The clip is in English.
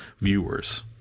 viewers